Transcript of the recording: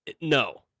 no